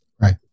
Right